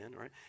right